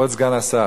כבוד סגן השר,